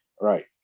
Right